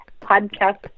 podcast